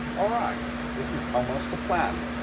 all right, this is almost a plan.